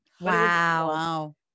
Wow